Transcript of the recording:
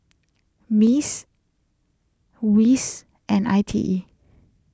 Mice Wits and I T E